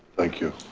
thank you.